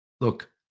look